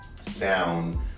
sound